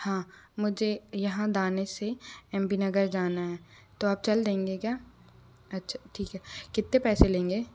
हाँ मुझे यहाँ दाने से एम पी नगर जाना है तो आप चल देंगे क्या अच्छा ठीक है कितने पैसे लेंगे